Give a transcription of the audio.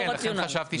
התקבלה.